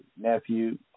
nephew